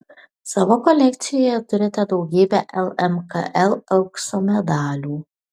savo kolekcijoje turite daugybę lmkl aukso medalių